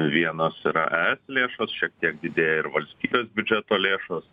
vienos yra es lėšos šiek tiek didėja ir valstybės biudžeto lėšos